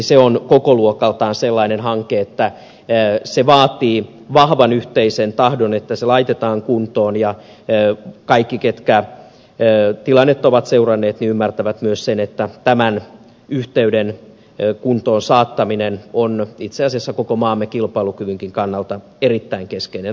se on kokoluokaltaan sellainen hanke että se vaatii vahvan yhteisen tahdon että se laitetaan kuntoon ja kaikki ketkä tilannetta ovat seuranneet ymmärtävät myös sen että tämän yhteyden kuntoon saattaminen on itse asiassa koko maamme kilpailukyvynkin kannalta erittäin keskeinen asia